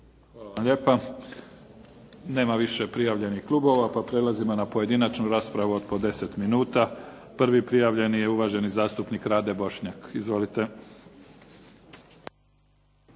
Hvala vam lijepa. Nema više prijavljenih klubova pa prelazimo na pojedinačnu raspravu od po 10 minuta. Prvi prijavljeni je uvaženi zastupnik Rade Bošnjak. Izvolite.